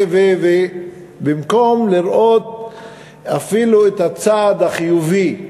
במקום לראות אפילו את הצד החיובי,